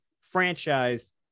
franchise